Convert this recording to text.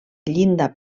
llinda